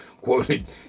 quoted